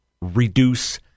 reduce